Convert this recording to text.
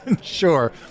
Sure